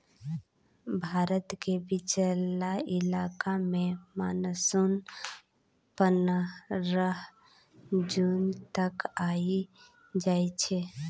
भारत केर बीचला इलाका मे मानसून पनरह जून तक आइब जाइ छै